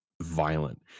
violent